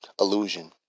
illusion